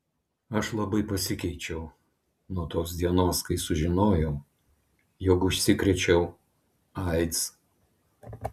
aš labai pasikeičiau nuo tos dienos kai sužinojau jog užsikrėčiau aids